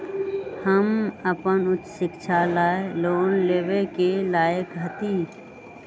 हम अपन उच्च शिक्षा ला लोन लेवे के लायक हती?